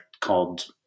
called